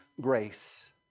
grace